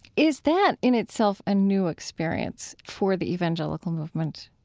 is that, in itself, a new experience for the evangelical movement?